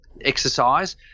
exercise